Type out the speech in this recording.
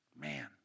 Man